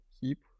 keep